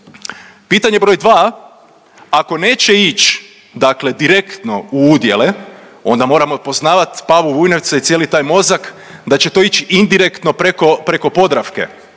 Pitanje broj dva, ako neće ić dakle direktno u udjele onda moramo poznavat Pavu Vujnovca i cijeli taj mozak da će to ić indirektno preko Podravke.